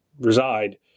reside